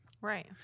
Right